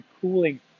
cooling